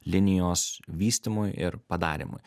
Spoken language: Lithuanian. linijos vystymui ir padarymui